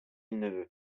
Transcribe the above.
neveu